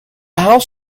house